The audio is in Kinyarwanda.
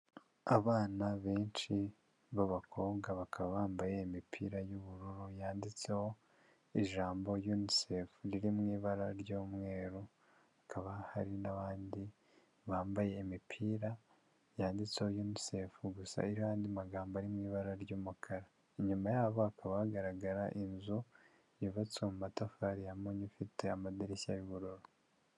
Abana benshi b'abakobwa bakaba bambaye imipira y'ubururu yanditseho ijambo unisefu riri mu ibara ry'umweru, hakaba hari n'abandi bambaye imipira yanditseho unisefu gusa iriho andi magambo ari mu ibara ry'umukara, inyuma yabo hakaba hagaragara inzu yubatswe mu matafari ya munyu ifite amadirishya y'ubururu.